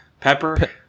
Pepper